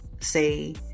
say